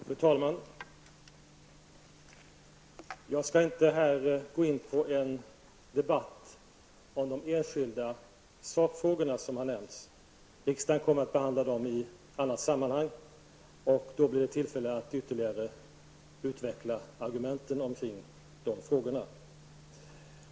Herr talman! Jag skall inte gå in i en debatt om de enskilda sakfrågor som här nämnts. Riksdagen kommer att behandla dem i ett sammanhang, och det blir då tillfälle att ytterligare utveckla argumenten kring dessa frågor.